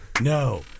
No